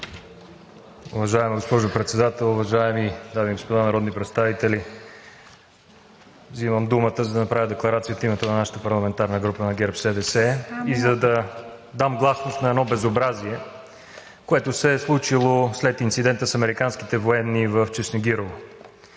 Уважаема госпожо Председател, уважаеми дами и господа народни представители! Взимам думата, за да направя декларация от името на нашата парламентарна група на ГЕРБ-СДС и за да дам гласност на едно безобразие, което се е случило след инцидента с американските военни в Чешнегирово,